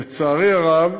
לצערי הרב,